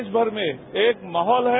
देशभर में एक माहौल है